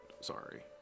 Sorry